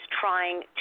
trying